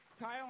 Kyle